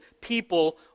people